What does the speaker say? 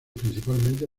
principalmente